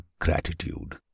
gratitude